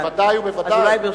בוודאי ובוודאי.